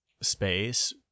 space